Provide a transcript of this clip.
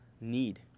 need